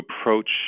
approach